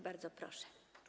Bardzo proszę.